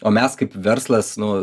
o mes kaip verslas nu